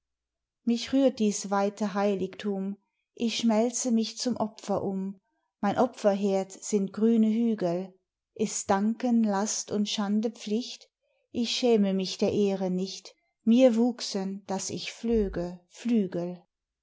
mich rührt dies weite heiligtum ich schmelze mich zum opfer um mein opferherd sind grüne hügel ist danken last und schande pflicht ich schäme mich der ehre nicht mir wuchsen dass ich flöge